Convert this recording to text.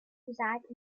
reside